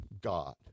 God